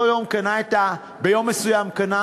ביום מסוים, קנה